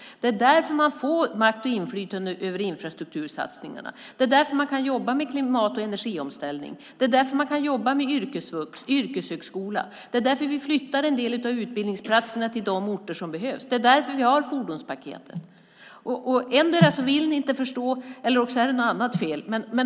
Det är därför man får makt och inflytande över infrastruktursatsningarna. Det är därför man kan jobba med klimat och energiomställningen. Det är därför man kan jobba med yrkesvux och med yrkeshögskolan. Det är därför vi flyttar en del av utbildningsplatserna till de orter där det behövs. Det är därför vi har fordonspaketet. Endera vill ni inte förstå, eller också är det något annat fel.